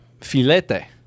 filete